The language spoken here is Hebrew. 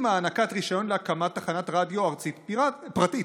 הענקת רישיון להקמת תחנת רדיו ארצית פרטית.